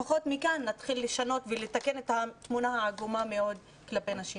אז לפחות מכאן נתחיל לשנות ולתקן את התמונה העגומה כלפי נשים.